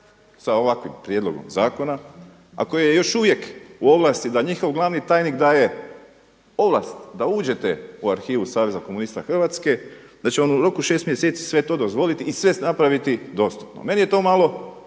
sa ovakvim prijedlogom zakona a koji je još uvijek u ovlasti da njihov glavni tajnik daje ovlast da uđete u arhivu saveza komunista Hrvatske da će vam u roku 6 mjeseci sve to dozvoliti i sve napraviti dostupno. Meni je to malo